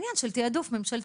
זה עניין של תעדוף ממשלתי.